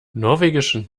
norwegischen